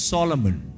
Solomon